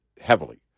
heavily